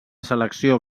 selecció